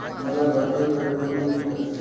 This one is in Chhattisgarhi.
मोला पढ़ाई बर लोन मिलही का?